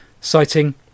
citing